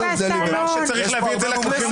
הוא אמר שצריך להביא את זה לכנסת.